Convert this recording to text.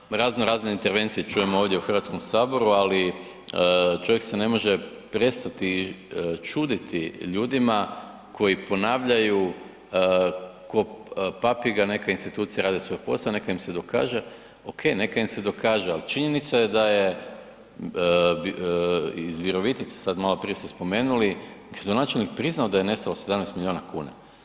Zbilja razno razne intervencije čujem ovdje u Hrvatskom saboru, ali čovjek se ne može čuditi ljudima koji ponavljaju ko papiga, neka institucije rade svoj posao, neka im se dokaže, ok, neka im se dokaže ali činjenica je da je iz Virovitice, sad malo prije ste spomenuli, gradonačelnik priznao da je nestalo 17 milijuna kuna.